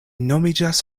nomiĝas